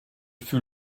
fut